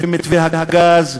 במתווה הגז,